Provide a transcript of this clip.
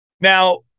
Now